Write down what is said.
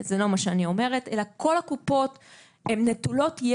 מה שאורנה ומה שדפנה אומרות,